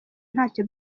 ntacyo